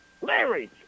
Larry